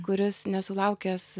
kuris nesulaukęs